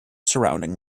surrounding